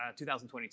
2022